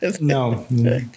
No